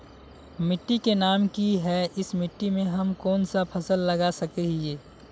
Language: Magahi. मिट्टी के नाम की है इस मिट्टी में हम कोन सा फसल लगा सके हिय?